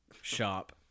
shop